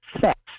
sex